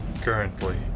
currently